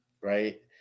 Right